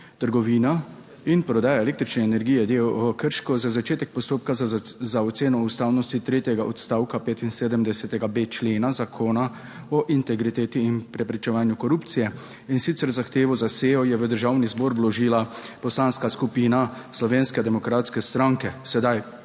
in prodaja električne energije, d. o. o., Krško za začetek postopka za oceno ustavnosti tretjega odstavka 75.b člena Zakona o integriteti in preprečevanju korupcije, in sicer zahtevo za sejo je v Državni zbor vložila Poslanska skupina Slovenske demokratske stranke. Sedaj